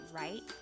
right